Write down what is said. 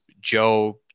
Joe